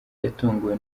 yatunguwe